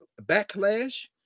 backlash